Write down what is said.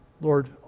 Lord